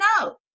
no